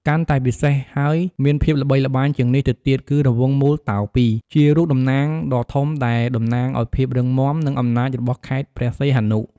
កាន់តែពិសេសហើយមានភាពល្បីល្បាញជាងនេះទៅទៀត គឺរង្វង់មូលតោពីរ ជារូបសំណាកដ៏ធំ ដែលតំណាងឱ្យភាពរឹងមាំ និងអំណាចរបស់ខេត្តព្រះសីហនុ។